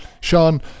sean